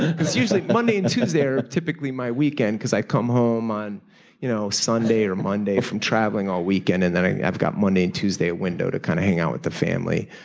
and because usually monday and tuesday are typically my weekend, because i come home on you know sunday or monday from traveling all weekend. and then i've got monday and tuesday a window to kind of hangout with the family.